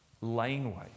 laneway